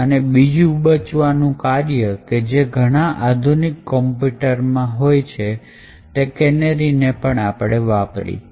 અને બીજું બચાવવાનું કાર્ય કે જે ઘણા આધુનિક કમ્પ્યુટર મા કરે છે તે કેનેરીને વાપરીને છે